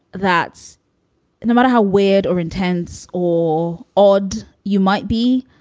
that's no matter how weird or intense or odd you might be.